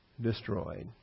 destroyed